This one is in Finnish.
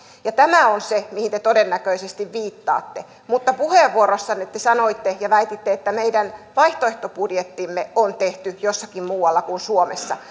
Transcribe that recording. ja tämä on se mihin te todennäköisesti viittaatte mutta puheenvuorossanne te sanoitte ja väititte että meidän vaihtoehtobudjettimme on tehty jossakin muualla kuin suomessa